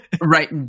Right